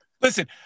Listen